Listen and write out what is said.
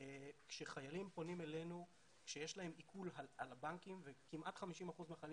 כאשר חיילים פונים אלינו כשיש להם עיקול בבנקים וכמעט 50 אחוזים מהחיילים